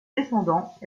descendants